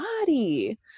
body